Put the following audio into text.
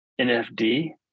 NFD